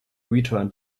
return